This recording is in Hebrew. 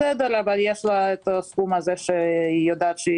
בסדר אבל יש לה הסכום שהיא יודעת שהיא